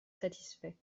satisfaits